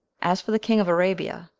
as for the king of arabia,